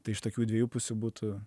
tai iš tokių dviejų pusių būtų